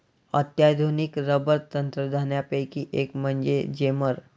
अत्याधुनिक रबर तंत्रज्ञानापैकी एक म्हणजे जेमर